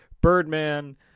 Birdman